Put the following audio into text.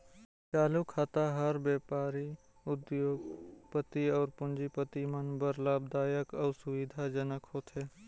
चालू खाता हर बेपारी, उद्योग, पति अउ पूंजीपति मन बर लाभदायक अउ सुबिधा जनक होथे